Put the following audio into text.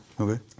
Okay